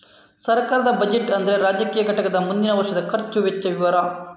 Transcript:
ಸರ್ಕಾರದ ಬಜೆಟ್ ಅಂದ್ರೆ ರಾಜಕೀಯ ಘಟಕದ ಮುಂದಿನ ವರ್ಷದ ಖರ್ಚು ವೆಚ್ಚ ವಿವರ